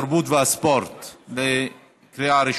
התרבות והספורט נתקבלה.